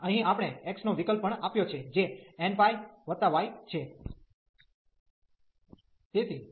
અને અહીં આપણે x નો વિકલ્પ પણ આપ્યો છે જે nπ y છે